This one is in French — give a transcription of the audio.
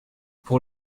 pour